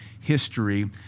history